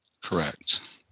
Correct